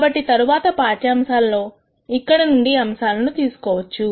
కాబట్టి తరువాత పాఠ్యాంశాల లో ఇక్కడి నుండి అంశాలను తీసుకోవచ్చు